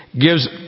gives